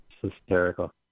hysterical